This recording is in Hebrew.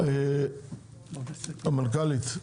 המנכ"לית.